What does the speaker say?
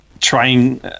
trying